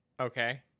Okay